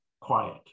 quiet